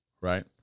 right